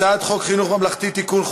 הצעת חוק חינוך ממלכתי (תיקון,